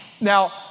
Now